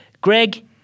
Greg